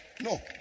no